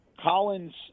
Collins